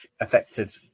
affected